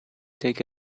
take